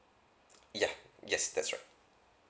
yeah yes that's right